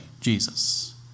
Jesus